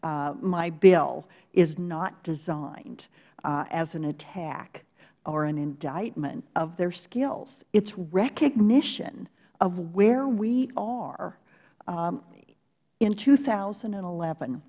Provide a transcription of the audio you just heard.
my bill is not designed as an attack or an indictment of their skills it is recognition of where we are in two thousand and eleven